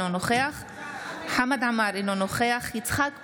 אינו נוכח חמד עמאר, אינו נוכח יצחק פינדרוס,